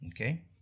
okay